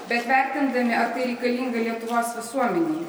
bet vertindami ar tai reikalinga lietuvos visuomenei